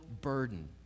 burden